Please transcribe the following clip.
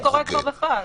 מה שקורה כבר בפועל.